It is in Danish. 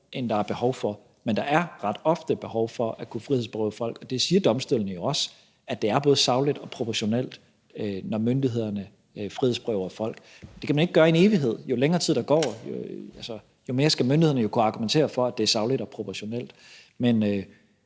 end der er behov for. Men der er ret ofte behov for at kunne frihedsberøve folk, og det siger domstolene jo også, altså at det både er sagligt og proportionalt, når myndighederne frihedsberøver folk. Det kan man ikke gøre i en evighed; jo længere tid der går, jo mere skal myndighederne kunne argumentere for, at det er sagligt og proportionalt. Men